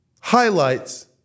highlights